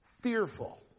fearful